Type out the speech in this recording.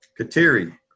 Kateri